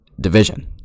division